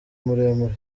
muremure